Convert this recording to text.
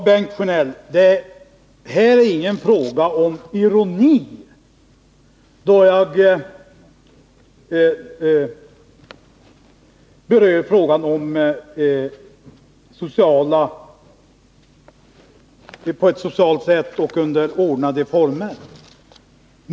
Herr talman! Det är inte, Bengt Sjönell, ironi när jag berör frågan om att omstruktureringen skall ske under socialt ansvar och i ordnade former.